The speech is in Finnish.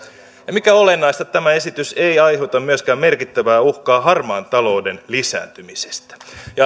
mikä olennaista tämä esitys ei aiheuta myöskään merkittävää uhkaa harmaan talouden lisääntymisestä